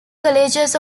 colleges